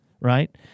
right